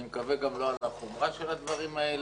אני מקווה גם לא על החומרה של הדברים האלה.